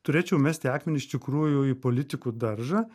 turėčiau mesti akmenį iš tikrųjų į politikų daržą